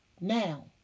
Now